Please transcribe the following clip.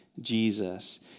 Jesus